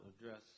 address